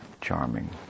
charming